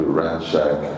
ransack